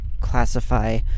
classify